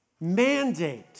mandate